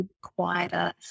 quieter